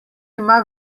ima